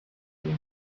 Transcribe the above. into